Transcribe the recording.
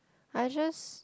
I just